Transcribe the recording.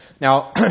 Now